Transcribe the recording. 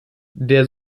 der